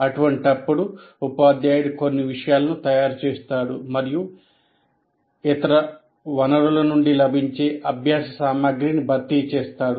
అటువంటప్పుడు ఉపాధ్యాయుడు కొన్ని విషయాలను తయారుచేస్తాడు మరియు ఇతర వనరుల నుండి లభించే అభ్యాస సామగ్రిని భర్తీ చేస్తాడు